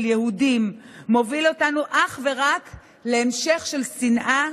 יהודים מוביל אותנו אך ורק להמשך של שנאה,